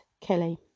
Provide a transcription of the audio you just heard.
Kelly